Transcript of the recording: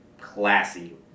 Classy